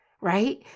Right